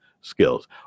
Skills